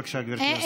בבקשה, גברתי השרה.